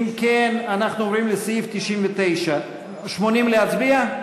אנחנו עוברים לסעיף 99. על 80 להצביע?